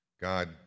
God